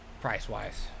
price-wise